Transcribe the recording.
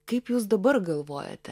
kaip jūs dabar galvojate